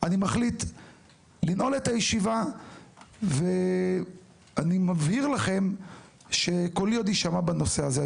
אני מחליט לנעול את הישיבה ואני מבהיר לכם שקולי עוד יישמע בנושא הזה.